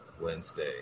Wednesday